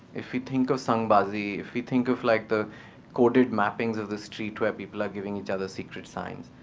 if we think of sangbazi, if we think of like the coded mappings of the street where people are giving each other secret signs,